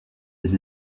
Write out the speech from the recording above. les